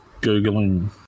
Googling